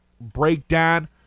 breakdown